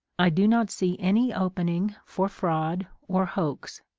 i do not see any opening for fraud or hoax,